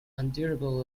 endurable